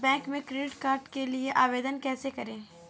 Bank में credit card के लिए आवेदन कैसे करें?